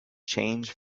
change